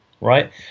right